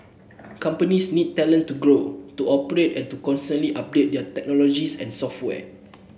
companies need talent to grow to operate and to constantly update their technologies and software